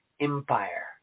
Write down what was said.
empire